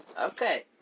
Okay